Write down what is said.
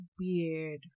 weird